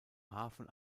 hafen